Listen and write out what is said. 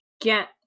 get